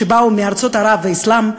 שבאו מארצות ערב והאסלאם,